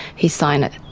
he signed it.